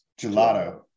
Gelato